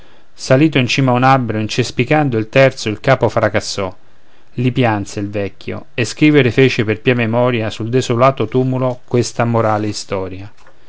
salito in cima a un albero incespicando il terzo il capo fracassò i pianse il vecchio e scrivere fece per pia memoria sul desolato tumulo questa morale istoria